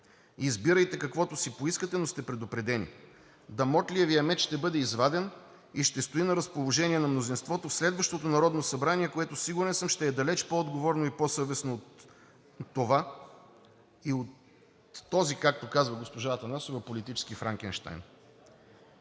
Избирайте каквото си поискате, но сте предупредени. Дамоклевият меч ще бъде изваден и ще стои на разположение на мнозинството в следващото Народно събрание, което, сигурен съм, ще е далеч по-отговорно и по-съвестно от това и от този, както казва госпожа Атанасова, политически Франкенщайн.